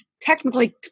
technically